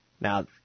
Now